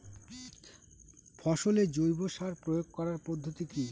ফসলে জৈব সার প্রয়োগ করার পদ্ধতি কি?